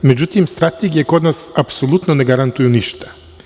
Međutim, strategije kod nas apsolutno ne garantuju ništa.